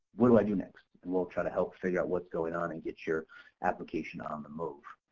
what do i do next? and we'll try to help figure out what's going on and get your application on the move.